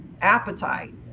appetite